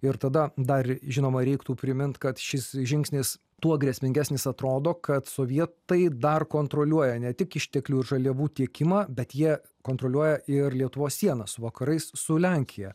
ir tada dar žinoma reiktų primint kad šis žingsnis tuo grėsmingesnis atrodo kad sovietai dar kontroliuoja ne tik išteklių ir žaliavų tiekimą bet jie kontroliuoja ir lietuvos sienas su vakarais su lenkija